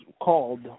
called